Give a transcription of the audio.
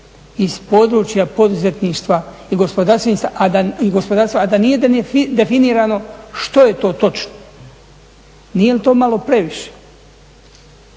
iz područja poduzetništva i gospodarstva a da nije definirano što je to točno. Nije li to malo previše?